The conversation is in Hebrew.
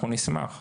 אנחנו נשמח.